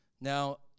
Now